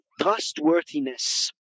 trustworthiness